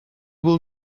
will